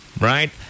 right